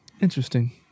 Interesting